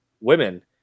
women